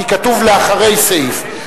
כי כתוב לאחרי סעיף.